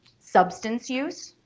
substance use,